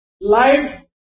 life